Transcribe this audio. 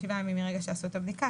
במשך שבעה ימים מרגע שעשו את הבדיקה,